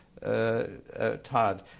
Todd